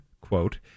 quote